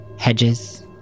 Hedges